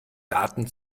daten